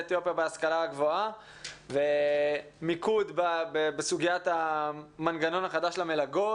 אתיופיה בהשכלה הגבוהה ומיקוד בסוגיית המנגנון החדש למלגות.